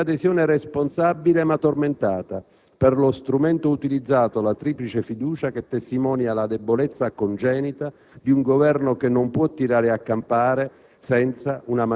C'è, infine, un'adesione responsabile, ma tormentata, per lo strumento utilizzato, la triplice fiducia, che testimonia la debolezza congenita di un Governo che non può tirare a campare